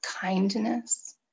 kindness